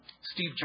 Steve